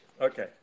Okay